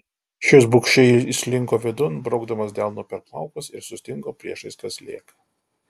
šis bugščiai įslinko vidun braukdamas delnu per plaukus ir sustingo priešais kazlėką